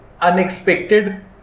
unexpected